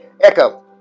Echo